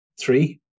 three